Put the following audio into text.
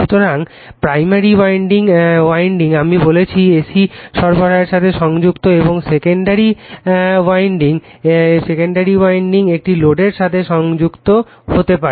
সুতরাং প্রাথমিক ওয়াইন্ডিং আমি বলেছি এসি সরবরাহের সাথে সংযুক্ত এবং সেকেন্ডারি ওয়াইন্ডিং একটি লোডের সাথে সংযুক্ত হতে পারে